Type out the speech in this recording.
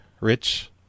Rich